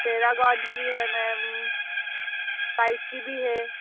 Paragon की है ma'am flight की भी है